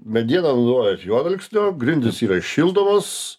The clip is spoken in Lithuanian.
medieną naudojat juodalksnio grindys yra šildomos